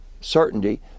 certainty